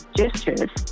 gestures